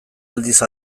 aldiz